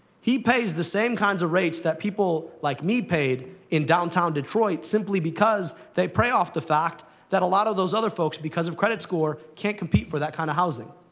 he pays the same kinds of rates that people like me paid in downtown detroit, simply because they prey off the fact that a lot of those other folks, because of credit score, can't compete for that kind of housing.